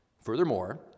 Furthermore